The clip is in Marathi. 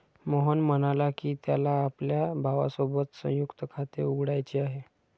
मोहन म्हणाला की, त्याला आपल्या भावासोबत संयुक्त खाते उघडायचे आहे